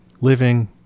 living